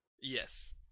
Yes